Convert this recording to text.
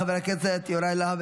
חבר הכנסת יוראי להב